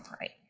right